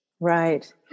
Right